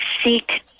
seek